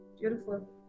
Beautiful